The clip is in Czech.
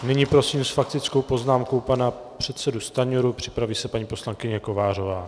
Nyní prosím s faktickou poznámkou pana předsedu Stanjuru, připraví se paní poslankyně Kovářová.